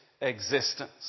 existence